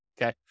okay